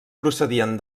procedien